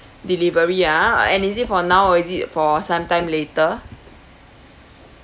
delivery ya and is it for now or is it for sometime later